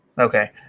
Okay